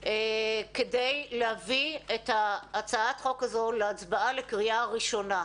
כדי להביא את הצעת החוק הזו להצבעה לקריאה ראשונה,